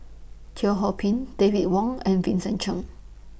Teo Ho Pin David Wong and Vincent Cheng